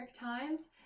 Times